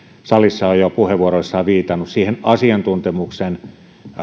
salissa ovat jo puheenvuoroissaan viitanneet se asiantuntemuksen